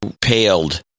paled